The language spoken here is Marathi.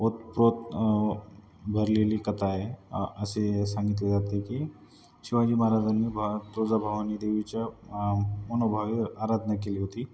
ओतप्रोत भरलेली कथा आहे असे सांगितले जाते की शिवाजी महाराजांनी भ तुळजाभवानी देवीच्या मनोभावे आराधना केली होती